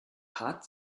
hat